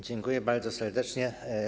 Dziękuję bardzo serdecznie.